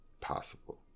possible